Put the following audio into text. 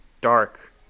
dark